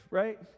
right